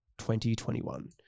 2021